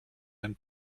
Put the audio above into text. ein